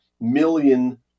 million